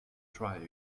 try